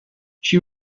she